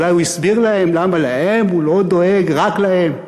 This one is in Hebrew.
אולי הוא הסביר להם למה הוא לא דואג רק להם.